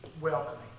welcoming